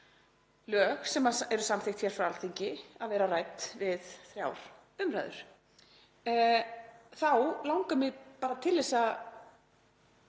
lög sem eru samþykkt hér á Alþingi að vera rædd við þrjár umræður. Þá langar mig bara til þess að